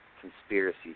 conspiracy